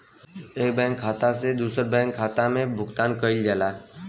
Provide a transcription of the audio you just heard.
एक बैंक खाता से दूसरे बैंक खाता में भुगतान कइल जाला